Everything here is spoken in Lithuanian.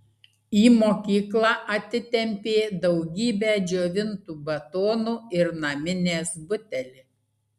į mokyklą atitempė daugybę džiovintų batonų ir naminės butelį